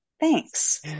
thanks